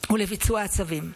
ולביצוע הצווים.